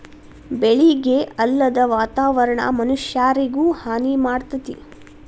ಬೆಳಿಗೆ ಅಲ್ಲದ ವಾತಾವರಣಾ ಮನಷ್ಯಾರಿಗು ಹಾನಿ ಮಾಡ್ತತಿ